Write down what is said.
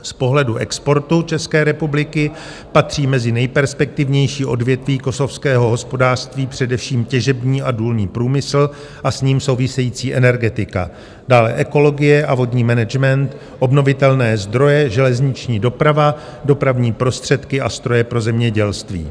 Z pohledu exportu České republiky patří mezi nejperspektivnější odvětví kosovského hospodářství především těžební a důlní průmysl a s ním související energetika, dále ekologie a vodní management, obnovitelné zdroje, železniční doprava, dopravní prostředky a stroje pro zemědělství.